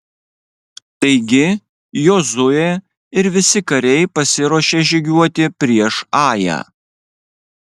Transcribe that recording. taigi jozuė ir visi kariai pasiruošė žygiuoti prieš ają